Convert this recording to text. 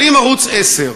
אבל אם ערוץ 10,